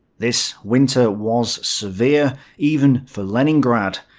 this winter was severe, even for leningrad.